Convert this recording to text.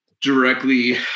directly